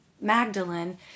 Magdalene